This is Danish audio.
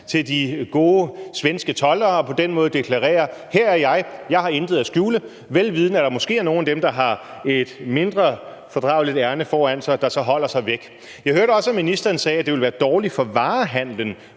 til de gode svenske toldere og på den måde deklarere: Her er jeg, og jeg har intet at skjule. Det gør jeg forvisset om, at der måske er nogle af dem, der har et mindre fordrageligt ærinde foran sig, der så holder sig væk. Jeg hørte også, at ministeren sagde, at det ville være dårligt for varehandelen